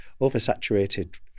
oversaturated